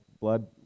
blood